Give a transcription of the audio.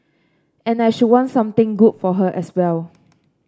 and I should want something good for her as well